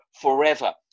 forever